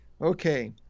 Okay